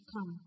come